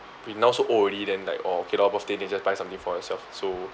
we now so old already then like orh okay lor birthday they just buy something for yourself so